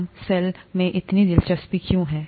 हमें इस सेल में इतनी दिलचस्पी क्यों है